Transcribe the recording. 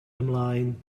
ymlaen